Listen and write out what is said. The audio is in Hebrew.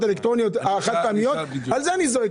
האלקטרוניות החד פעמיות על זה אני זועק.